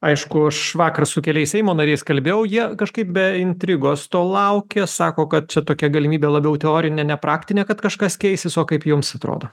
aišku aš vakar su keliais seimo nariais kalbėjo jie kažkaip be intrigos to laukia sako kad čia tokia galimybė labiau teorinė ne praktinė kad kažkas keisis o kaip jums atrodo